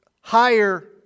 higher